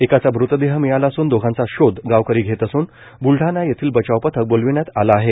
एकाचा मृतदेह मिळाला असून दोघांचा शोध गावकरी घेत असून ब्लडाणा येथील बचाव पथक बोलविण्यात आले आहे